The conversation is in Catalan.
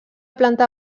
planta